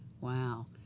Wow